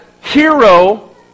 hero